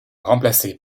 remplacé